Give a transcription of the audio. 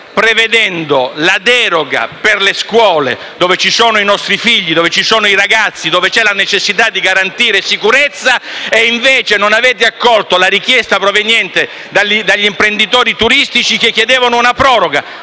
prevedendo la deroga per le scuole che frequentano i nostri figli, i ragazzi, dove occorre garantire sicurezza, e non avete accolto la richiesta proveniente dagli imprenditori turistici che chiedevano una proroga.